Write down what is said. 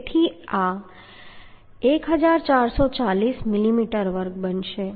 તેથી આ 1440 મિલીમીટર વર્ગ બનશે